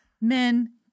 men